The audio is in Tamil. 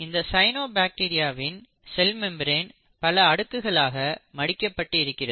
இந்த சைனோபாக்டீரியாவின் செல் மெம்பிரன் பல அடுக்குகளாக மடிக்கப்பட்டு இருக்கிறது